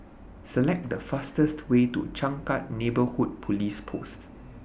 Select The fastest Way to Changkat Neighbourhood Police Post